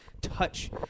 touch